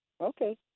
Okay